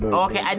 and okay.